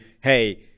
Hey